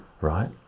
Right